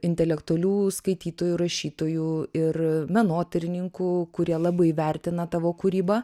intelektualių skaitytojų rašytojų ir menotyrininkų kurie labai vertina tavo kūrybą